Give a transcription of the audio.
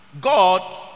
God